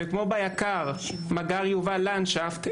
וכמו ביק"ר יובל לנדשפט,